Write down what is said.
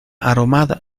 aromada